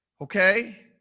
Okay